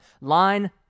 Line